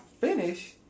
finish